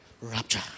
Rapture